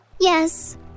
Yes